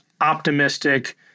optimistic